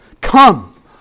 Come